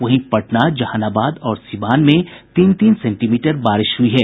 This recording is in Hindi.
वहीं पटना जहानाबाद और सिवान में तीन तीन सेंटीमीटर बारिश हुई है